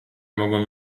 mogą